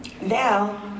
Now